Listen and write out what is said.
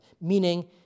meaning